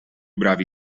bravi